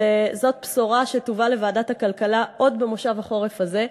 וזאת בשורה שתובא לוועדת הכלכלה עוד במושב החורף הזה,